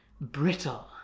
brittle